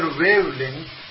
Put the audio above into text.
wavelength